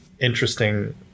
interesting